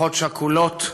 משפחות שכולות,